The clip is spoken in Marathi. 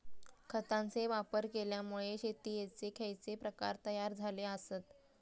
खतांचे वापर केल्यामुळे शेतीयेचे खैचे प्रकार तयार झाले आसत?